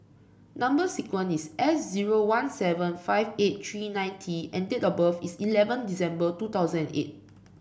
number sequence is S zero one seven five eight three nine T and date of birth is eleven December two thousand eight